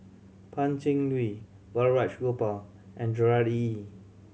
Pan Cheng Lui Balraj Gopal and Gerard Ee